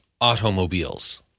automobiles